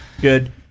good